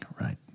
right